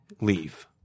leave